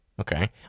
Okay